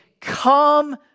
come